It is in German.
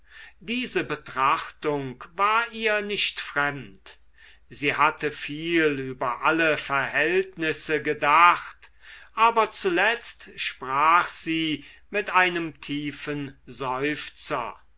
diese betrachtung war ihr nicht fremd sie hatte viel über alle verhältnisse gedacht aber zuletzt sprach sie mit einem tiefen seufzer